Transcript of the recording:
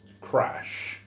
Crash